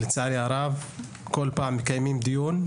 ולצערי הרב, כל פעם מקיימים דיון,